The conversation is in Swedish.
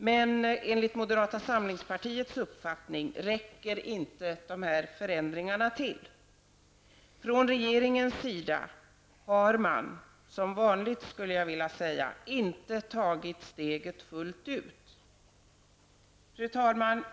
Men enligt moderata samlingspartiets uppfattning räcker inte dessa förändringar till. Från regeringens sida har man -- som vanligt skulle jag vilja säga -- inte tagit steget fullt ut. Fru talman!